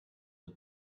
the